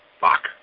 Fuck